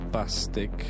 Plastic